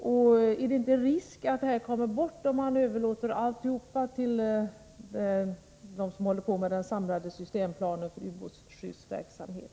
Finns det inte en risk att dessa erfarenheter kommer bort, om man överlåter det hela till dem som håller på med den samlade systemplanen för ubåtsskyddsverksamhet?